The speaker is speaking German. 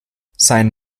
sein